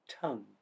tongue